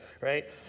right